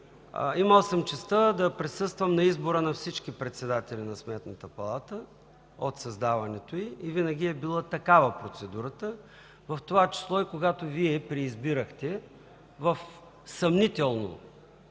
Имал съм честта да присъствам на избора на всички председатели на Сметната палата от създаването й и винаги е била такава процедурата, в това число и когато Вие преизбирахте в съмнително